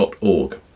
Org